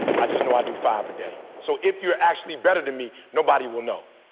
i just know i do five a day so if you're actually better than me, nobody will know.